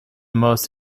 most